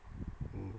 mm